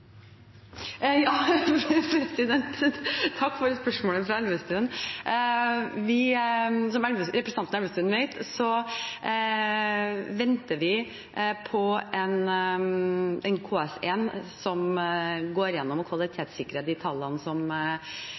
Takk for spørsmålet fra Elvestuen. Som representanten Elvestuen vet, venter vi på en KS1, som går gjennom og kvalitetssikrer de tallene som